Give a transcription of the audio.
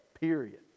period